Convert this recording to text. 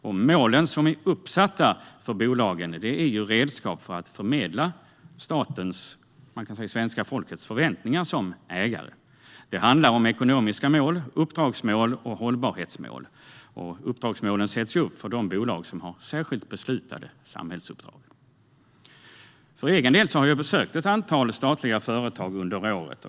De mål som är uppsatta för bolagen är redskap för att förmedla svenska folkets förväntningar på staten som ägare. Det handlar om ekonomiska mål, uppdragsmål och hållbarhetsmål. Uppdragsmålen sätts upp för de bolag som har särskilt beslutade samhällsuppdrag. För egen del har jag besökt ett antal statliga företag under året.